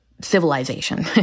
civilization